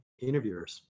interviewers